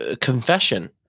Confession